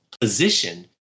position